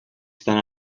estan